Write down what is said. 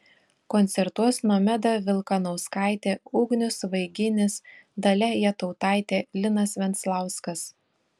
koncertuos nomeda vilkanauskaitė ugnius vaiginis dalia jatautaitė linas venclauskas